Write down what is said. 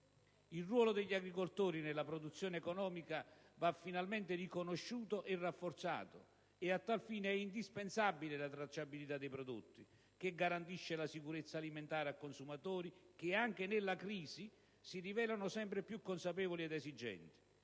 Il ruolo degli agricoltori nella produzione economica va finalmente riconosciuto e rafforzato; a tal fine è indispensabile la tracciabilità dei prodotti, che garantisce la sicurezza alimentare a consumatori che, anche nella crisi, si rivelano sempre più consapevoli ed esigenti.